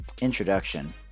introduction